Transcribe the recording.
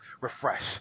Refresh